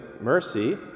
mercy